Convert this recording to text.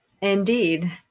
Indeed